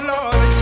Lord